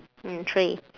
mm three